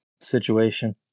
situation